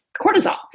cortisol